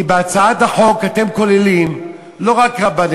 כי בהצעת החוק אתם כוללים לא רק רבני